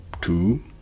two